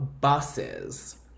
buses